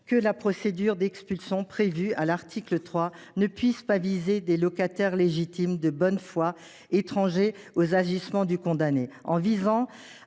que la procédure d’expulsion, prévue à l’article 3, ne puisse pas viser des locataires légitimes, de bonne foi, étrangers aux agissements du condamné. En visant